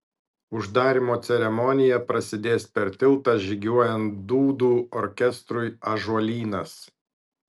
uždarymo ceremonija prasidės per tiltą žygiuojant dūdų orkestrui ąžuolynas